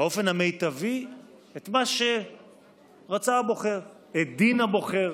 באופן המיטבי את מה שרצה הבוחר, את דין הבוחר.